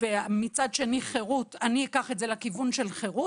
ומצד שני חירות, אני אקח את זה לכיוון של חירות.